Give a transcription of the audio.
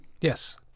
Yes